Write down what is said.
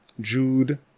Jude